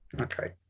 okay